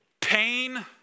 Pain